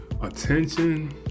attention